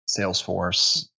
Salesforce